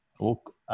Look